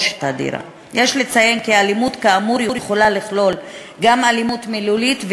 יש לציין כי אלימות כאמור יכולה לכלול גם אלימות מילולית ואיומים,